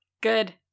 Good